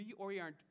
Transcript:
reorient